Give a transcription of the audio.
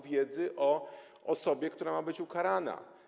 wiedzy o osobie, która ma być ukarana.